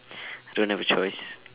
don't have a choice